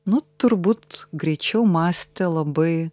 nu turbūt greičiau mąstė labai